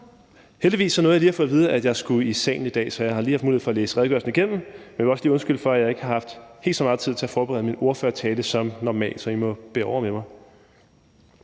Heldigvis nåede jeg lige at få at vide, at jeg skulle i salen i dag, så jeg har lige haft mulighed for at læse redegørelsen igennem, men vil også lige undskylde for, at jeg ikke har haft helt så meget tid til at forberede min ordførertale som normalt. Så I må bære over med mig.